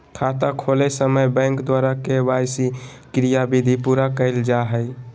खाता खोलय समय बैंक द्वारा के.वाई.सी क्रियाविधि पूरा कइल जा हइ